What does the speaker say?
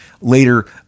later